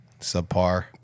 subpar